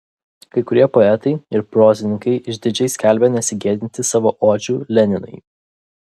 kai kurie poetai ir prozininkai išdidžiai skelbė nesigėdintys savo odžių leninui